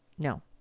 No